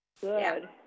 good